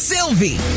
Sylvie